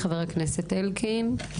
חבר הכנסת אלקין.